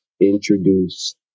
introduce